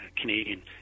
Canadian